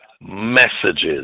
messages